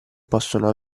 possono